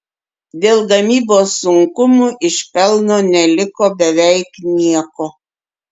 dėl gamybos sunkumų iš pelno neliko beveik nieko